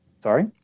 Sorry